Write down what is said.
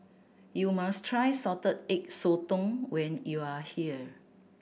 you must try Salted Egg Sotong when you are here